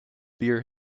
beer